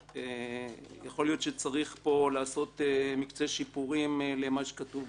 יכול להיות שצריך פה לעשות מקצה שיפורים למה שכתוב בחוק,